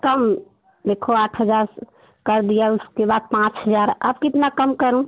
कम देखो आठ हज़ार कर दिया अब उसके बाद पाँच हज़ार अब कितना कम करूँ